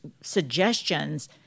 suggestions